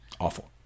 awful